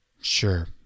Sure